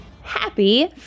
happy